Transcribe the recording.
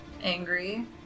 angry